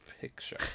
picture